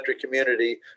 community